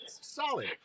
Solid